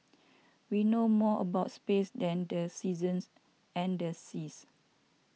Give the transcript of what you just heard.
we know more about space than the seasons and the seas